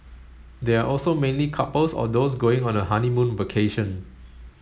they are also mainly couples or those going on a honeymoon vacation